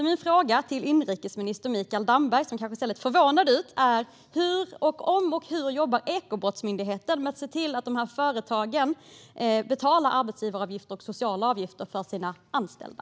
Min fråga till inrikesminister Mikael Damberg, som kanske ser lite förvånad ut, är om - och hur - Ekobrottsmyndigheten jobbar med att se till att dessa företag betalar arbetsgivaravgifter och sociala avgifter för sina "anställda".